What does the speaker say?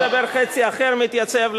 כשיואל חסון מדבר, חצי אחר מתייצב.